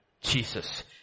Jesus